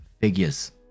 figures